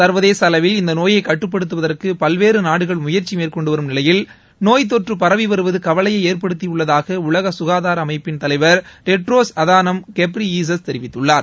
சா்வதேச அளவில் இந்த நோயை கட்டுப்படுத்துவதற்கு பல்வேறு நாடுகள் முயற்சி மேற்கொண்டு வரும் நிலையில் நோய்த்தொற்று பரவி வருவது கவலையை ஏற்படுத்தியுள்ளதாக உலக ககாதார அமைப்பின் தலைவர் டெட்ரோஸ் அதநோம் கெப்ரி ஈசஸ் தெரிவித்துள்ளார்